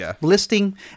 listing